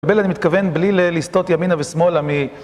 בל אני מתכוון בלי להסתות ימינה ושמאלה מ...